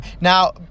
Now